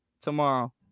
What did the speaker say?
tomorrow